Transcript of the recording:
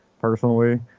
personally